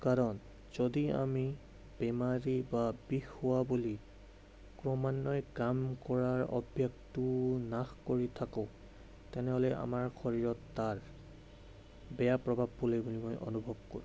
কাৰণ যদি আমি বেমাৰী বা বিষ হোৱা বুলি ক্ৰমান্ৱয়ে কাম কৰাৰ অভ্যাসটো নাশ কৰি থাকো তেনেহ'লে আমাৰ শৰীৰত তাৰ বেয়া প্ৰভাৱ পৰে বুলি মই অনুভৱ কৰোঁ